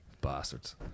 Bastards